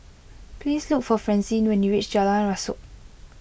please look for Francine when you reach Jalan Rasok